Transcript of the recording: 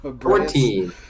Fourteen